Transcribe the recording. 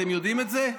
אתם יודעים את זה?